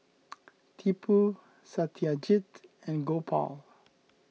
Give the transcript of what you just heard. Tipu Satyajit and Gopal